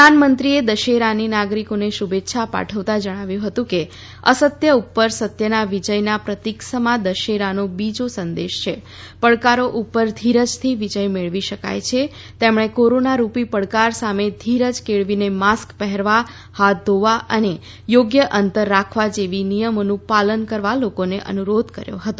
પ્રધાનમંત્રીએ દશેરાની નાગરિકોને શુભેચ્છા પાઠવતાં જણાવ્યું હતું કે અસત્ય ઉપર સત્યના વિજયના પ્રતિક સમા દશેરાનો બીજો સંદેશ છે પડકારો ઉપર ધીરજથી વિજય મેળવી શકાય છે તેમણે કોરોના રૂપી પડકાર સામે ધીરજ કેળવીને માસ્ક પહેરવા હાથ ધોવા અને યોગ્ય અંતર રાખવા જેવા નિયમનું પાલન કરવા લોકોને અનુરોધ કર્યો હતો